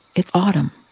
it's autumn,